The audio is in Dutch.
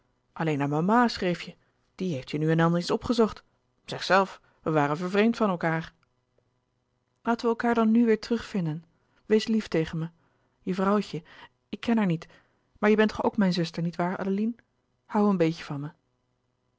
alleen aan mama schreef je die heeft je nu en dan eens opgezocht zeg zelf we waren vervreemd van elkaâr laten we elkaâr dan nu weêr terug vinden wees lief tegen me je vrouwtje ik ken haar niet maar je bent toch ook mijn zuster niet waar adeline hoû een beetje van me